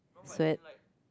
sad